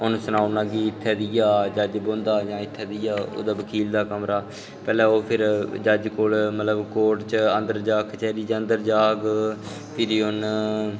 उ'नें सनाई ओड़ना कि इत्थै जेह् जज बौंह्दा ऐ जां ओह्दा बकील दा कमरा पैह्ले फिर जज कोल मतलब अन्दर जाह्ग कचैरी दै अन्दर जाह्ग फ्ही उन्न